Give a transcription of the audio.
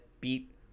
beat